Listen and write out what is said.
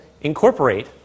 incorporate